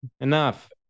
Enough